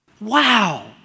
Wow